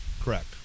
Correct